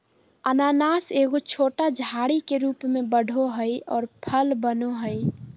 अनानास एगो छोटा झाड़ी के रूप में बढ़ो हइ और फल बनो हइ